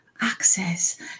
access